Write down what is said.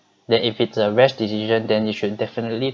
then if it's a rash decision than you should definitely